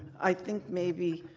i think maybe.